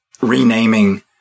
renaming